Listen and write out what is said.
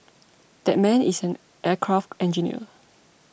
that man is an aircraft engineer